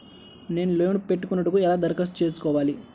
నేను లోన్ పెట్టుకొనుటకు ఎలా దరఖాస్తు చేసుకోవాలి?